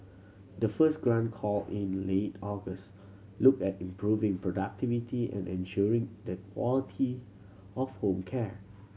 the first grant call in late August looked at improving productivity and ensuring the quality of home care